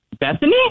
Bethany